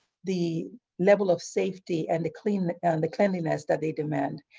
the level of safety and the cleanliness and the cleanliness that they demand.